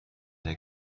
der